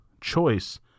choice